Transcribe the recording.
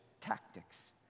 tactics